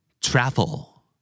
Travel